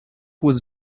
was